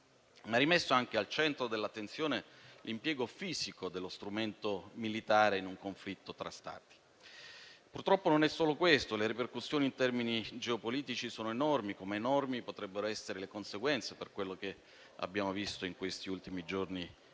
anche rimesso al centro dell'attenzione l'impiego fisico dello strumento militare in un conflitto tra Stati. Purtroppo non è solo questo, poiché le ripercussioni in termini geopolitici sono enormi, come enormi potrebbero essere le conseguenze, per quello che abbiamo visto in questi ultimi giorni